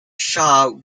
shah